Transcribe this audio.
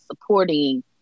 supporting